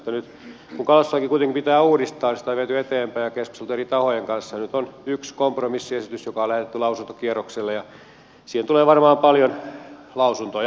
kun kalastuslaki kuitenkin pitää uudistaa niin sitä on viety eteenpäin ja on keskusteltu eri tahojen kanssa ja nyt on yksi kompromissiesitys joka on lähetetty lausuntokierrokselle ja siihen tulee varmaan paljon ja erilaisia lausuntoja